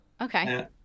okay